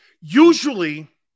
Usually